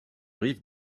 rive